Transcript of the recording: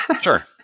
Sure